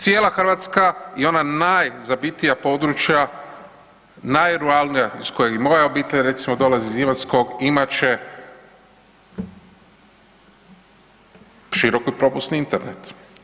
Cijela Hrvatska i ona najzabitija područja, najruralnija iz koje i moja obitelj recimo dolazi iz Imotskog, imat će široko propusni Internet.